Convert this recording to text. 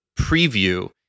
preview